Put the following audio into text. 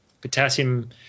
potassium